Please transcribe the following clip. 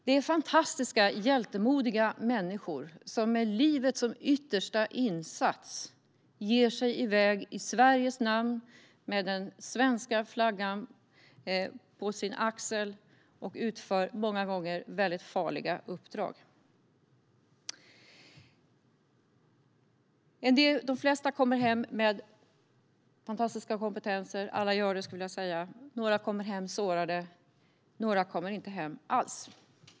Det är fantastiska, hjältemodiga människor som med livet som yttersta insats ger sig iväg i Sveriges namn med den svenska flaggan på sin axel och utför många gånger väldigt farliga uppdrag. De flesta kommer hem med fantastiska kompetenser, några kommer hem sårade och några kommer inte hem alls.